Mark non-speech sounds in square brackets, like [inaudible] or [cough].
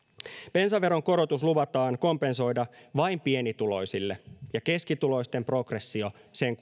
bensaveron korotus luvataan kompensoida vain pienituloisille ja keskituloisten progressio sen [unintelligible]